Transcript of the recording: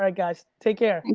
ah guys, take care.